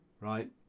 right